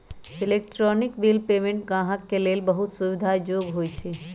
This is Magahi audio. इलेक्ट्रॉनिक बिल पेमेंट गाहक के लेल बहुते सुविधा जोग्य होइ छइ